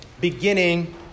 beginning